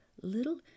little